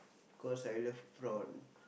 because I love prawn